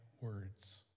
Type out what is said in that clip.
words